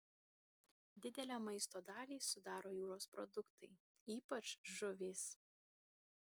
didelę maisto dalį sudaro jūros produktai ypač žuvys